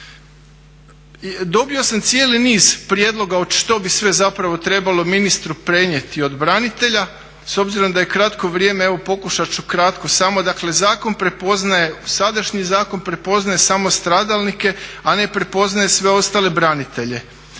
Dobio sam cijeli niz prijedloga što bi sve zapravo trebalo ministru prenijeti od branitelja s obzirom da je kratko vrijeme evo pokušat ću kratko. Dakle, sadašnji zakon prepoznaje samo stradalnike, a ne prepoznaje sve ostale branitelje.